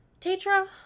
Tetra